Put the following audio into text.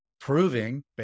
proving